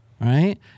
right